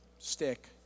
stick